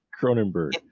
Cronenberg